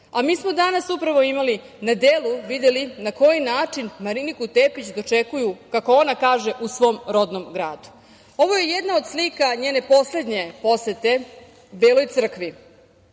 smo danas upravo imali na delu, videli na koji način Mariniku Tepić dočekuju, kako ona kaže u svom rodnom gradu. Ovo je jedna od slika njene poslednje posete Beloj Crkvi.